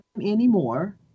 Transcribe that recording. anymore